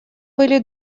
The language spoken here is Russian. были